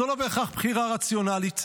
זו לא בהכרח בחירה רציונלית,